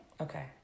Okay